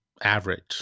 average